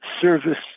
service